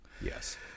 Yes